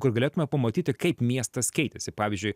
kur galėtume pamatyti kaip miestas keitėsi pavyzdžiui